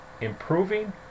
improving